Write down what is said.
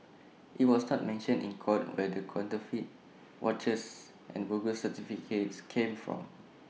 IT was not mentioned in court where the counterfeit watches and bogus certificates came from